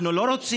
אנחנו לא רוצים,